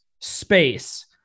space